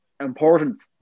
important